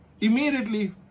Immediately